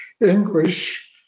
English